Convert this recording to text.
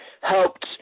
helped